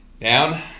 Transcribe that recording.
down